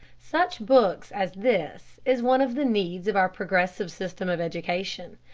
such books as this is one of the needs of our progressive system of education.